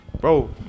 bro